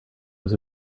was